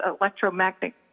electromagnetic